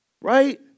right